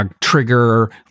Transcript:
trigger